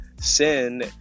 Sin